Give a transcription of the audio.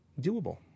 doable